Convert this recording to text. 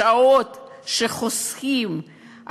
השעות שחוסכים,